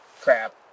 crap